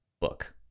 book